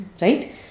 right